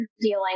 dealing